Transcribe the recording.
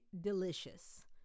delicious